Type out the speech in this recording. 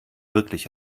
wirklich